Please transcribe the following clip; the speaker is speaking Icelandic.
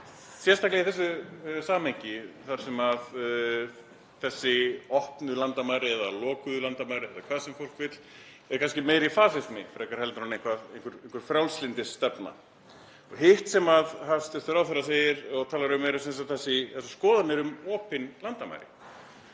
sérstaklega í þessu samhengi þar sem þessi opnu landamæri eða lokuðu landamæri eða hvað sem fólk vill er kannski meiri fasismi frekar en einhver frjálslyndisstefna. Hitt sem hæstv. ráðherra segir og talar um eru sem sagt þessar skoðanir um opin landamæri.